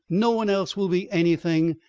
no one else will be anything.